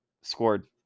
scored